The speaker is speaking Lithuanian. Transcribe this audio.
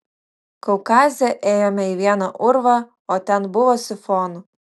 kaukaze ėjome į vieną urvą o ten buvo sifonų